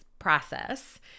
process